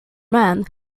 men